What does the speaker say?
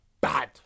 bad